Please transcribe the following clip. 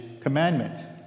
commandment